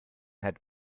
had